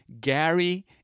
Gary